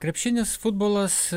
krepšinis futbolas